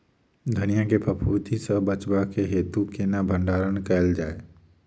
धनिया केँ फफूंदी सऽ बचेबाक हेतु केना भण्डारण कैल जाए?